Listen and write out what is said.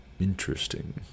interesting